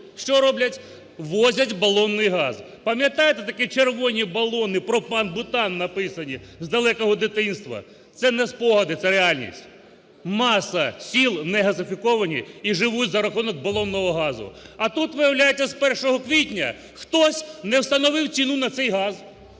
Що роблять? Возять балонний газ. Пам'ятаєте такі червоні балони, пропан, бутан написано, з далекого дитинства – це не спогади, це реальність. Маса сіл не газифіковані і живуть за рахунок балонного газу. А тут виявляється, з 1 квітня хтось не встановив ціну на цей газ,